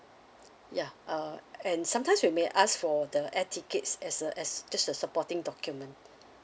ya uh and sometimes we may ask for the air tickets as a as just the supporting document